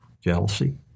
jealousy